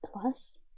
plus